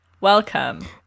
Welcome